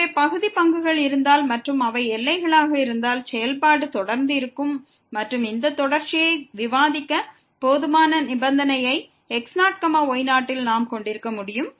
எனவே பகுதி பங்குகள் இருந்தால் மற்றும் அவை எல்லைகளாக இருந்தால் செயல்பாடு தொடர்ந்து இருக்கும் மற்றும் இந்த தொடர்ச்சியை விவாதிக்க போதுமான நிபந்தனையை x0y0 ல் நாம் கொண்டிருக்க முடியும்